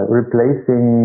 replacing